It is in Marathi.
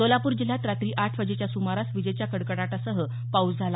सोलापूर जिल्ह्यात रात्री आठ वाजेच्या सुमारास विजेच्या कडकडाटासह पाऊस झाला